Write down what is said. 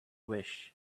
wish